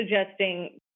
suggesting